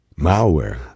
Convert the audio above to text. malware